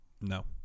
No